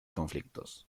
conflictos